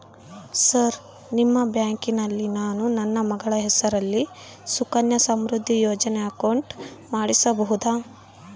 Sir ನಿಮ್ಮ ಬ್ಯಾಂಕಿನಲ್ಲಿ ನಾನು ನನ್ನ ಮಗಳ ಹೆಸರಲ್ಲಿ ಸುಕನ್ಯಾ ಸಮೃದ್ಧಿ ಯೋಜನೆ ಅಕೌಂಟ್ ಮಾಡಿಸಬಹುದಾ?